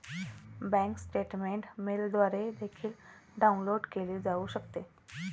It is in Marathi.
बँक स्टेटमेंट मेलद्वारे देखील डाउनलोड केले जाऊ शकते